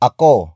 Ako